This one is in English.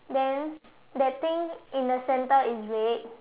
then that thing in the center is red